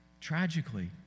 tragically